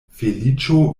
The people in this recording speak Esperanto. feliĉo